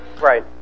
right